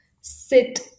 sit